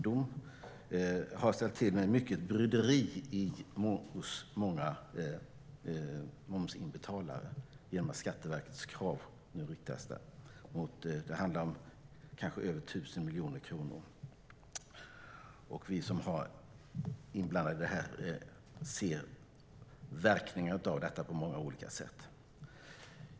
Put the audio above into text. Den har ställt till med mycket bryderi hos många momsinbetalare genom Skatteverkets krav. Det handlar kanske om över 1 000 miljoner kronor. Vi som är inblandade i det här ser verkningar av detta på många olika sätt.